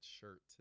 shirt